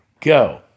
go